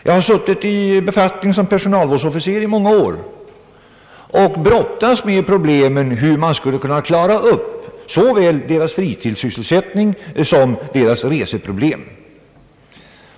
Jag har i många år varit personalvårdsofficer och brottats med problemet att klara upp såväl deras fritidssysselsättning som deras resor.